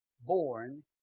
born